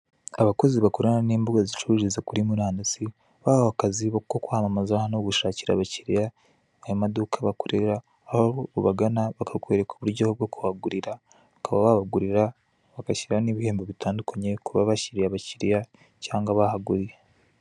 Abakozi bakorana n'imbuga zicururiza kuri murandasi, bahawe akazi ko kwamamaza no gushakira abakiliya ayo maduka bakorera aho ubagana bakakwereka uburyo bwo kuhagurira ukaba wabagurira bagashyiraho n'ibihembo bitandukanye kubabashyiriye abakiliya, cyangwa abahaguriye.